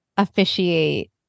officiate